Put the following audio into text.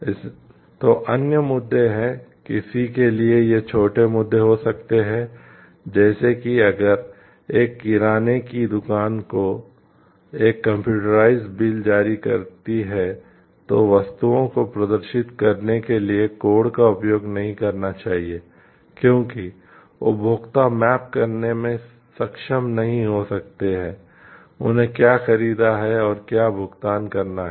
इसलिए अन्य मुद्दे हैं किसी के लिए यह छोटे मुद्दे हो सकते हैं जैसे कि अगर एक किराने की दुकान जो एक कंप्यूटराइज्ड बिल जारी करती है तो वस्तुओं को प्रदर्शित करने के लिए कोड का उपयोग नहीं करना चाहिए क्योंकि उपभोक्ता मैप करने में सक्षम नहीं हो सकते हैं उन्होंने क्या खरीदा है और क्या भुगतान करना हैं